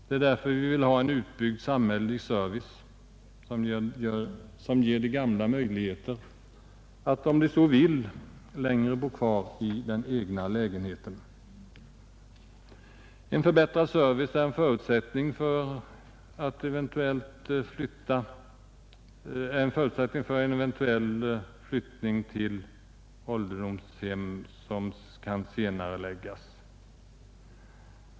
Det är därför vi vill ha en utbyggd samhällelig service som ger de gamla möjligheter att om de så vill fortsätta att bo kvar i egen lägenhet. En förbättrad service är en förutsättning för att eventuell flyttning till ålderdomshem kan senareläggas.